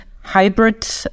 hybrid